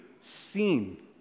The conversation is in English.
seen